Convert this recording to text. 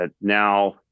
now